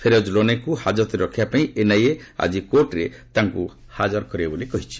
ଫେରୋଜ ଲୋନେକୁ ହାଜତରେ ରଖିବା ପାଇଁ ଏନ୍ଆଇଏ ଆଜି କୋର୍ଟରେ ତାଙ୍କୁ ହାଜର କରାଇବ ବୋଲି କହିଛି